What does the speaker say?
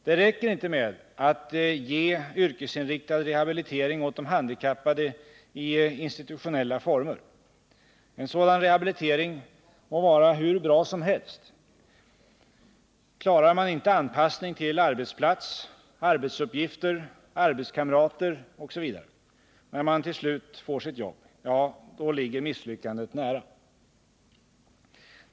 Det räcker inte med att ge yrkesinriktad rehabilitering åt de handikappade i institutionella former. En sådan rehabilitering må vara hur bra som helst. Klarar man inte anpassning till arbetsplats, arbetsuppgifter, arbetskamrater osv., när man till slut får sitt jobb, så ligger misslyckandet nära.